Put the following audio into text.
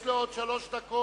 יש לו עוד שלוש דקות.